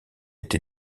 été